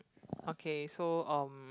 okay so um